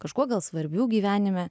kažkuo gal svarbių gyvenime